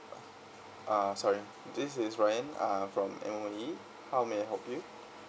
uh sorry this is ryan uh from M_O_E how may I help you